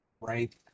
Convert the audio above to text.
right